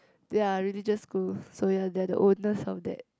ya religious school so ya they are the owners of that